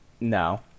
No